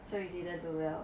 so you didn't do well